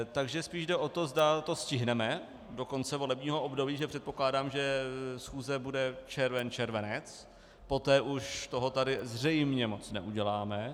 Takže spíš jde o to, zda to stihneme do konce volebního období, protože předpokládám, že schůze bude červen, červenec, poté už toho tady zřejmě moc neuděláme.